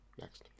Next